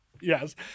Yes